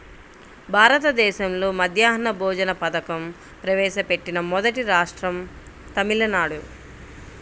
భారతదేశంలో మధ్యాహ్న భోజన పథకం ప్రవేశపెట్టిన మొదటి రాష్ట్రం తమిళనాడు